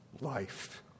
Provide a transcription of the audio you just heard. life